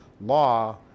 law